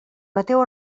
mateu